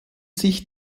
sich